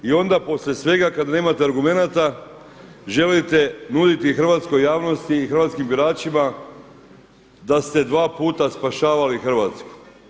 I onda poslije svega kad nemate argumenata želite nuditi hrvatskoj javnosti i hrvatskim biračima da ste dva puta spašavali Hrvatsku.